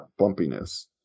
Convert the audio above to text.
bumpiness